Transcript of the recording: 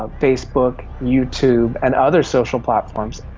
ah facebook, youtube and other social platforms.